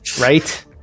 Right